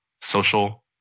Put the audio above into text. social